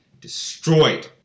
destroyed